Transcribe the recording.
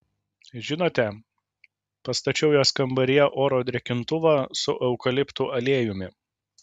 žinote pastačiau jos kambaryje oro drėkintuvą su eukaliptų aliejumi